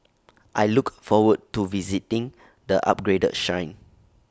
I look forward to visiting the upgraded Shrine